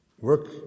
Work